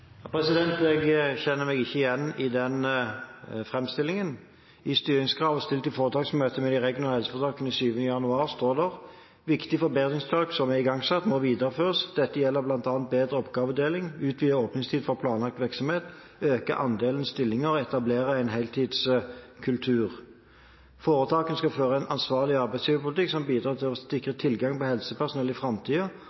Jeg kjenner meg ikke igjen i den framstillingen. I styringskravet stilt i foretaksmøtet med de regionale helseforetakene 7. januar står det: «Viktige forbedringstiltak som er igangsatt, må videreføres. Dette gjelder blant annet bedre oppgavedeling, utvidet åpningstid for planlagt virksomhet, øke andelen faste stillinger og etablere heltidskultur.» Videre står det: «Foretakene skal føre en ansvarlig arbeidsgiverpolitikk som også bidrar til å sikre